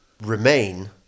Remain